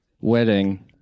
wedding